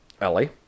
Ellie